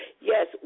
Yes